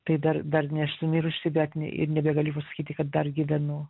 tai dar dar nesu mirusi bet ne ir nebegaliu pasakyti kad dar gyvenu